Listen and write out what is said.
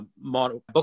model